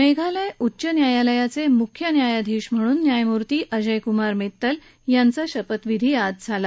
मेघालय उच्च न्यायालयाचे मुख्य न्यायाधीश म्हणून न्यायमूर्ती अजय कुमार मित्तल यांचा आज शपथविधी झाला